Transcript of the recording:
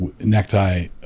necktie